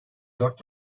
dört